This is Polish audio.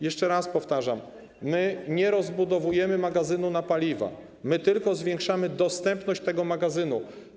Jeszcze raz powtarzam: my nie rozbudowujemy magazynu na paliwa, tylko zwiększamy dostępność tego magazynu.